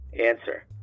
Answer